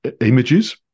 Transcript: images